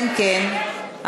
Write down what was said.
תודה לחבר הכנסת יוסף גב'ארין.